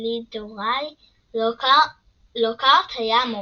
גילדרוי לוקהרט היה המורה,